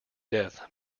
death